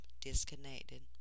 disconnected